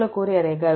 மூலக்கூறு எடைகள்